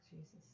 Jesus